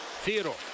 Theodore